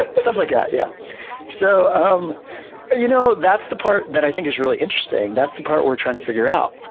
stuff like that. yeah so um you know that's the part that i think is really interesting. that's the part we're trying to figure out.